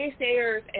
naysayers